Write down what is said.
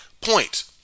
point